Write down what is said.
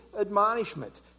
admonishment